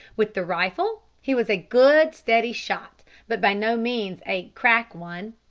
with the rifle he was a good, steady shot but by no means a crack one.